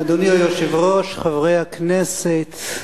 אדוני היושב-ראש, חברי הכנסת,